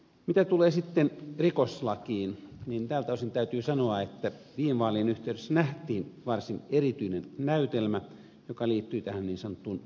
mitä tulee sitten rikoslakiin niin tältä osin täytyy sanoa että viime vaalien yhteydessä nähtiin varsin erityinen näytelmä joka liittyi tähän niin sanottuun nova groupiin